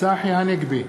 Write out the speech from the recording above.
צחי הנגבי,